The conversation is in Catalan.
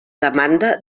demanada